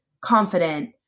confident